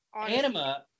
Anima